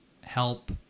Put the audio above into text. help